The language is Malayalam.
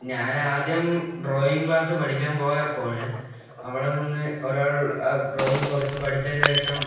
ഞാനാദ്യം ഡ്രോയിങ്ങ് ക്ളാസ്സ് പഠിക്കാൻ പോയപ്പോഴ് അവിടെ നിന്ന് ഒരാൾ ഡ്രോയിങ് കുറച്ചു പഠിച്ചതിനു ശേഷം